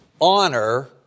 honor